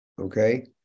okay